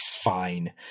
Fine